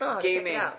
gaming